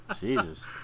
Jesus